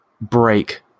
break